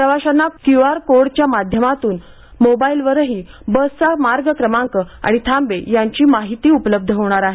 प्रवाशांना Q R कोडच्या माध्यमातून मोबाईलवरही बसचा मार्ग क्रमांक आणि थांबे यांची माहिती उपलब्ध होणार आहे